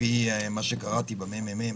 לפי מה שקראתי בדוח של הממ"מ,